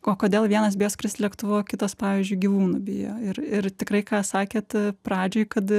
o kodėl vienas bijo skrist lėktuvu o kitas pavyzdžiui gyvūnų bijo ir ir tikrai ką sakėt pradžioj kad